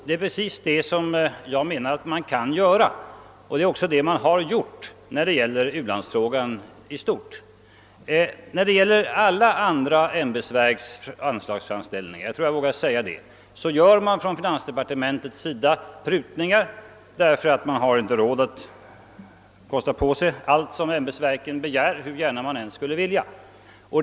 Det är precis vad jag anser att man kan göra, och det är också vad man gjort när det gäller u-landsfrågan i stort. I fråga om alla andra ämbetsverks framställningar — jag tror jag vågar säga det — gör finansdepartementet prutningar därför att vi inte har råd att kosta på oss allt som ämbetsverken begär, hur gärna vi än skulle vilja det.